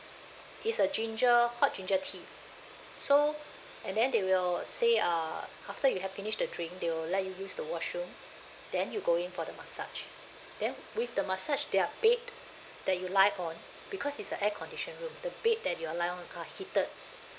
it's a ginger hot ginger tea so and then they will say uh after you have finished the drink they will let you use the washroom then you go in for the massage then with the massage their bed that you lie on because it's a air conditioned room the bed that you are lie on are heated